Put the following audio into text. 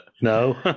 No